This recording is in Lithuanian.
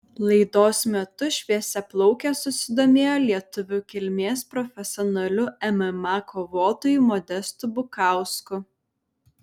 laidos metu šviesiaplaukė susidomėjo lietuvių kilmės profesionaliu mma kovotoju modestu bukausku